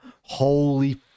Holy